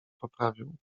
poprawił